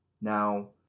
Now